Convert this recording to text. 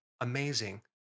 amazing